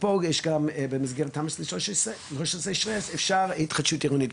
ופה גם במסגרת תמ"א 6/13 אאפשר התחדשות עירונית,